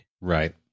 Right